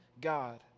God